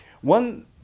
One